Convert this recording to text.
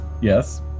Yes